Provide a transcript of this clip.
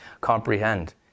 comprehend